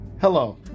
Hello